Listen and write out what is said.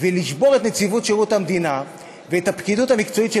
ולשבור את נציבות שירות המדינה ואת הפקידות המקצועית של